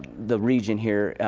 the region here,